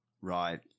Right